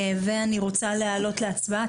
אני רוצה להעלות להצבעה.